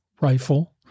rifle